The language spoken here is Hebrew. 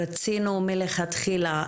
רצינו מלכתחילה,